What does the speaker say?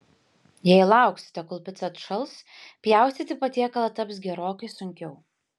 jei lauksite kol pica atšals pjaustyti patiekalą taps gerokai sunkiau